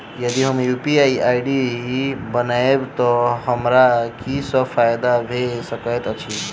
यदि हम UPI ID बनाबै तऽ हमरा की सब फायदा भऽ सकैत अछि?